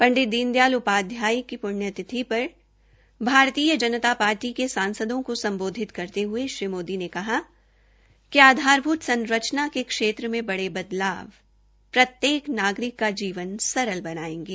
पंडित दीन दयाल उपाध्याय की पृण्यतिथि पर भारतीय जनता पार्टी के सांसदों के सम्बोधित करते हये श्री मोदी ने कहा कि आधारभूत संरचना के क्षेत्र में बड़े बदलाव प्रत्येक नागरिक का जीवन सरल बनायेंगे